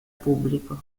público